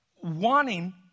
wanting